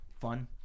fun